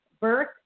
birth